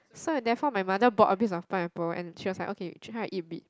so and therefore my mother bought a piece of pineapple and cheers like okay try to eat bit